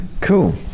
Cool